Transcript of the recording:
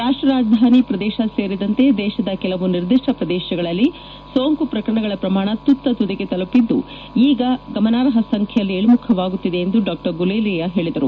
ರಾಷ್ಟೀಯ ರಾಜಧಾನಿ ಪ್ರದೇಶ ಸೇರಿದಂತೆ ದೇಶದ ಕೆಲವು ನಿರ್ದಿಷ್ಟ ಪ್ರದೇಶಗಳಲ್ಲಿ ಸೋಂಕು ಪ್ರಕರಣಗಳ ಪ್ರಮಾಣ ತುತ್ತ ತುದಿಗೆ ತಲುಪಿದ್ದು ಈಗ ಗಮನಾರ್ಹ ಸಂಖ್ಯೆಯಲ್ಲಿ ಇಳಮುಖವಾಗುತ್ತಿದೆ ಎಂದು ಡಾ ಗುಲೇರಿಯಾ ಹೇಳಿದರು